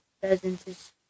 presence